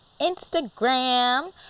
instagram